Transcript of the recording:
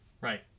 Right